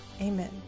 Amen